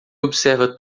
observa